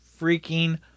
freaking